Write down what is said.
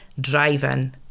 driving